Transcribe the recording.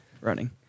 running